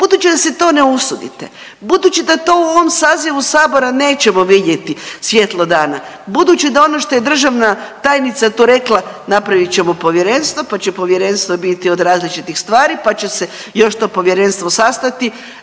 Budući da se to ne usudite, budući da to u ovom sazivu Sabora nećemo vidjeti svjetlo dana, budući da ono što je državna tajnica to rekla napravit ćemo povjerenstvo, pa će povjerenstvo biti od različitih stvari, pa će se još to povjerenstvo sastati.